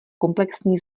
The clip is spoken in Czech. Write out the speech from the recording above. komplexní